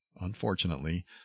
unfortunately